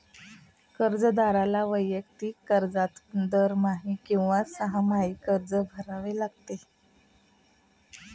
कर्जदाराला वैयक्तिक कर्जातून दरमहा किंवा सहामाही कर्ज भरावे लागते